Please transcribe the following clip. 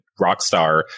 Rockstar